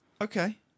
Okay